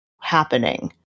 happening